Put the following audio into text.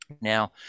Now